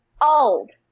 old